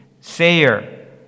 sayer